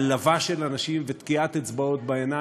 העלבה של אנשים ותקיעת אצבעות בעיניים,